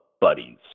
buddies